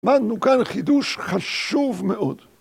למדנו כאן חידוש חשוב מאוד